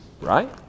Right